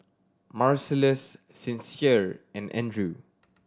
Marcellus Sincere and Andrew